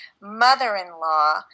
mother-in-law